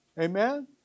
Amen